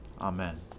Amen